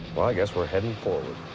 well, i guess we're heading forward.